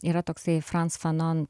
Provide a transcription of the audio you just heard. yra toksai frans fanon